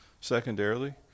Secondarily